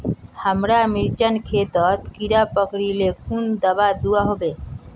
हमार मिर्चन खेतोत कीड़ा पकरिले कुन दाबा दुआहोबे?